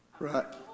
Right